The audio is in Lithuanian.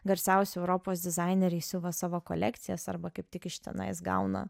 garsiausi europos dizaineriai siuva savo kolekcijas arba kaip tik iš tenais gauna